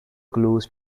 clues